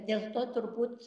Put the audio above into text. dėl to turbūt